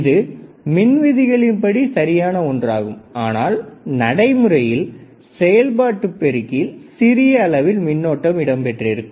இது மின் விதிகளின்படி சரியான ஒன்றாகும் ஆனால் நடைமுறையில் செயல்பாட்டு பெருக்கியில் சிறிய அளவில் மின்னோட்டம் இடம் பெற்றிருக்கும்